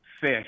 fish